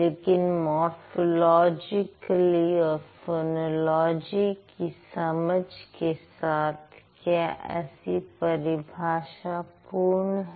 लेकिन मोरफ़ोलॉजी और फनोलॉजी की समझ के साथ क्या ऐसी परिभाषा पूर्ण है